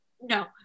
No